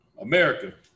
America